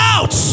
Out